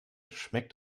schmeckt